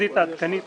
התחזית העדכנית